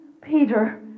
Peter